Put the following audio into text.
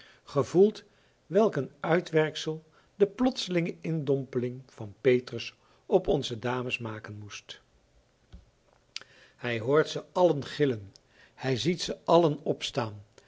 welk een uitwerksel de plotselinge indompeling van petrus op onze dames maken moest hij hoort ze allen gillen hij ziet ze allen opstaan